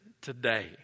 today